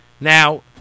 Now